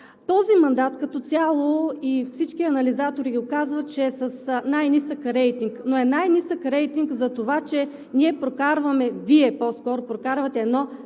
този мандат като цяло, и всички анализатори го казват, че е с най-нисък рейтинг, но е с най-нисък рейтинг за това, че ние прокарваме, Вие по-скоро прокарвате едно